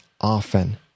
often